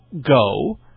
go